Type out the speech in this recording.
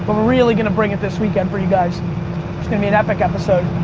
but really gonna bring it this weekend for you guys. it's gonna be an epic episode.